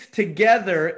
together